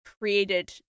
created